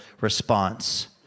response